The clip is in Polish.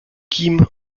kim